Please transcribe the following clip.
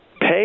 pay